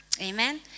Amen